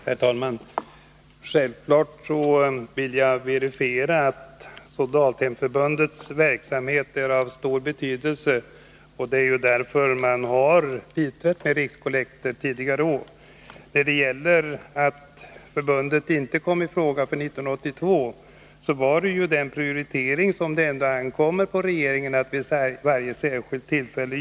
Herr talman! Självfallet vill jag intyga att Soldathemsförbundets verksamhet är av stor betydelse, och det är ju därför som man tidigare år har biträtt ansökningarna om rikskollekt. Att förbundet inte kom i fråga 1982 berodde ju på den prioritering som det ankommer på regeringen att göra vid varje särskilt tillfälle.